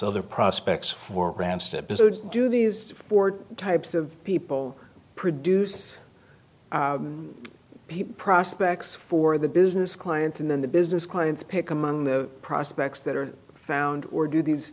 other prospects for grants to do these board types of people produce prospects for the business clients and then the business clients pick among the prospects that are found or do these